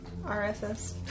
RSS